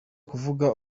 kuvuga